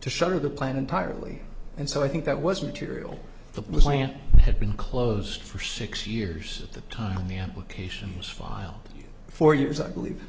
to shutter the plan entirely and so i think that was material for the plant had been closed for six years at the time the applications filed for years i believe